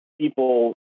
people